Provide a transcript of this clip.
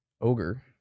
Ogre